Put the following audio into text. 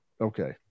Okay